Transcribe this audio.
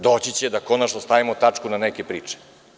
Doći će da konačno stavimo tačku na neke priče.